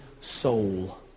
soul